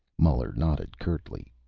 muller nodded curtly.